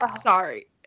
Sorry